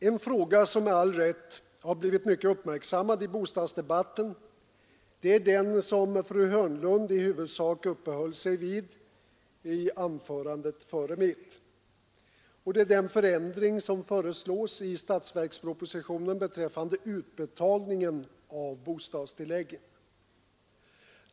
En fråga som med all rätt blivit mycket uppmärksammad i bostadsdebatten är den som fru Hörnlund i huvudsak uppehöll sig vid i anförandet före mitt. Det gäller den förändring som föreslås i statsverkspropositionen beträffande utbetalningen av bostadstilläggen.